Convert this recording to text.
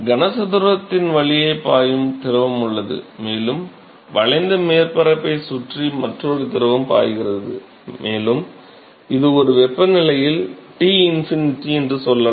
கனசதுரத்தின் வழியே பாயும் திரவம் உள்ளது மேலும் வளைந்த மேற்பரப்பைச் சுற்றி மற்றொரு திரவம் பாய்கிறது மேலும் இது ஒரு வெப்பநிலையில் T ∞ என்று சொல்லலாம்